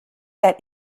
that